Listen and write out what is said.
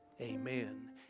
Amen